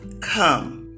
come